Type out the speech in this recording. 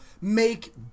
make